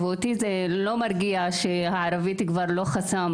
אותי זה לא מרגיע שהערבית היא כבר לא חסם